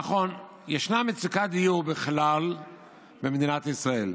נכון, ישנה מצוקת דיור בכלל במדינת ישראל,